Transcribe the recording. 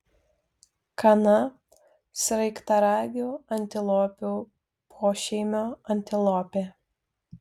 kana sraigtaragių antilopių pošeimio antilopė